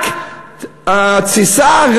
רק תסיסה,